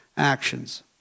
Actions